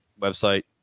website